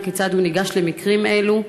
וכיצד הוא ניגש למקרים אלו?